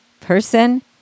person